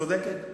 צודקת.